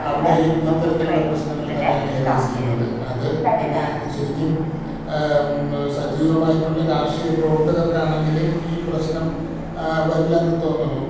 അവിടെയും ഇത്തരത്തിലുള്ള പ്രശ്നങ്ങൾ തന്നെയാണ് എറേസ് ചെയ്യുന്നത് അത് പിന്നെ നേ ശരിക്കും സജീവമായിട്ടുള്ള രാഷ്ട്രീയ പ്രവർത്തകർക്ക് ആണെങ്കിൽ ഈ പ്രശ്നം വരില്ല എന്ന് തോന്നുന്നു